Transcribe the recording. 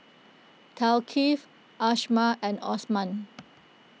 Thaqif Ashraff and Osman